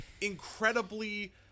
incredibly